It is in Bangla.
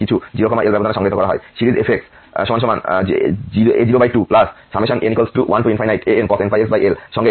সুতরাং উদাহরণস্বরূপ f হল একটি পিসওয়াইস কন্টিনিউয়াস ফাংশন যা কিছু 0 L ব্যবধানে সংজ্ঞায়িত করা হয়